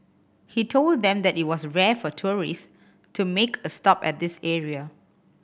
he told them that it was rare for tourists to make a stop at this area